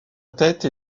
tête